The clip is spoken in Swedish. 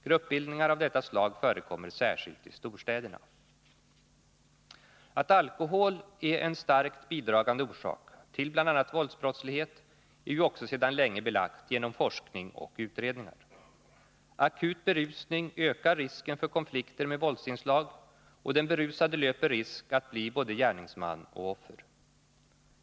Gruppbildningar av detta slag förekommer särskilt i storstäderna. Att alkohol är en starkt bidragande orsak till bl.a. våldsbrottslighet är ju också sedan länge belagt genom forskning och utredningar. Akut berusning ökar risken för konflikter med våldsinslag, och den berusade löper risk att bli både gärningsman och offer.